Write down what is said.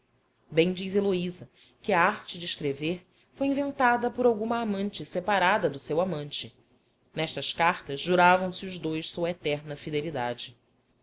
bem diz heloísa que a arte de escrever foi inventada por alguma amante separada do seu amante nestas cartas juravam se os dois sua eterna fidelidade